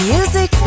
Music